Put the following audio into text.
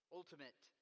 ultimate